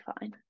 fine